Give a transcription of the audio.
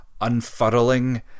unfurling